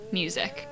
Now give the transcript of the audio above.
music